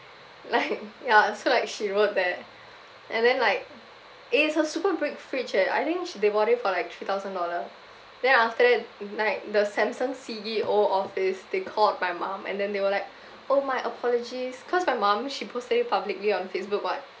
like ya so like she wrote there and then like eh it's a super big fridge eh I think she they bought it for like three thousand dollar then after that night the samsung C_E_O office they called my mum and then they were like oh my apologies cause my mum she posted it publicly on facebook [what]